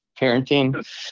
parenting